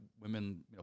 women